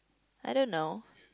I don't know